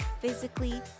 physically